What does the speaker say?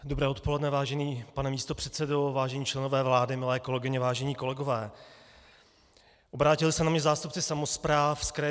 Dobré odpoledne, vážený pane místopředsedo, vážení členové vlády, milé kolegyně, vážení kolegové, obrátili se na mě zástupci samospráv z Kraje